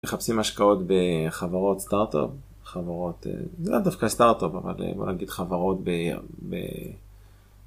מחפשים השקעות בחברות סטארט-אפ, חברות, זה לא דווקא סטארט-אפ, אבל בוא נגיד חברות ב...